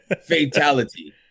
fatality